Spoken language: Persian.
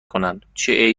کنن، چه